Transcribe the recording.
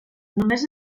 només